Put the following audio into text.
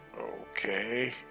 Okay